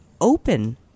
open